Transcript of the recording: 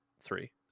three